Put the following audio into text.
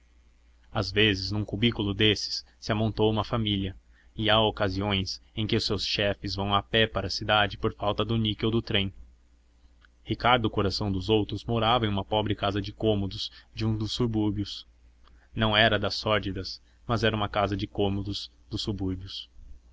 às vezes num cubículo desses se amontoa uma família e há ocasiões em que os seus chefes vão a pé para a cidade por falta do níquel do trem ricardo coração dos outros morava em uma pobre casa de cômodos de um dos subúrbios não era das sórdidas mas era uma casa de cômodos dos subúrbios